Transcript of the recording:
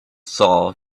saw